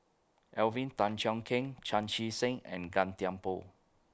Alvin Tan Cheong Kheng Chan Chee Seng and Gan Thiam Poh